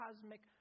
cosmic